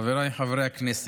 חבריי חברי הכנסת,